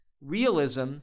Realism